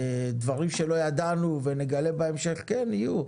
דברים שלא ידענו ונגלה בהמשך, כן יהיו.